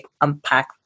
unpack